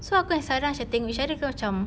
so aku dengan sarah macam tengok each other kita macam